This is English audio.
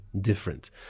different